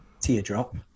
teardrop